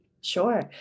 Sure